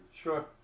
Sure